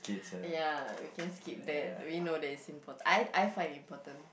ya we can skip that we know that it's simple I I find important